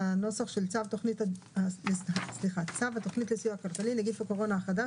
צו תכנית לסיוע כלכלי נגיף הקורונה החדש,